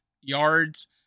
yards